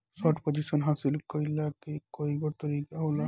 short position हासिल कईला के कईगो तरीका होला